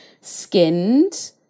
skinned